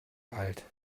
alt